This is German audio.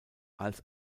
als